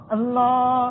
Allah